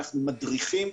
מדריכים,